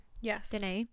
yes